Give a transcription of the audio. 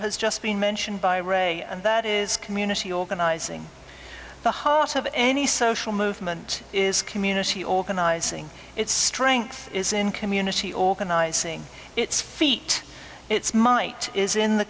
has just been mentioned by ray and that is community organizing the heart of any social movement is community organizing its strength is in community organizing its feet its might is in the